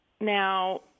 now